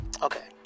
Okay